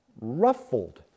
ruffled